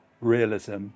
realism